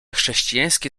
chrześcijańskie